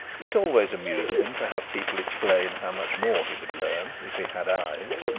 it always amused him to have people explain how much more he would learn if he had eyes.